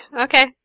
Okay